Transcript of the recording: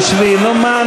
נו מה,